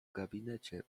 gabinecie